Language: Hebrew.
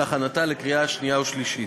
להכנתה לקריאה שנייה ושלישית.